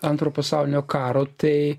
antro pasaulinio karo tai